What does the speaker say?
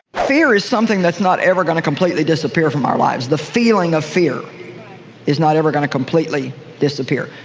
fear is something that's not ever going to completely disappear from our lives, the feeling of fear is not ever going to completely disappear,